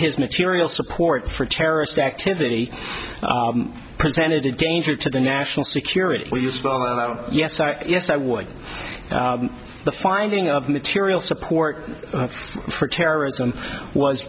his material support for terrorist activity presented a danger to the national security we used yes yes i would the finding of material support for terrorism was